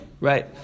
right